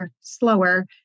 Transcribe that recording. slower